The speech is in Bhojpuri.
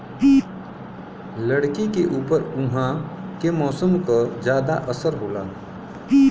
लकड़ी के ऊपर उहाँ के मौसम क जादा असर होला